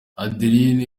adeline